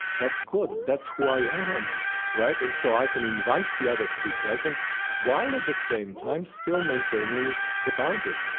that's good. that's who i am right? and so i can invite the other to be present while at the same time still maintaining the boundary